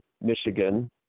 Michigan